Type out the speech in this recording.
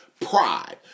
pride